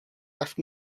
left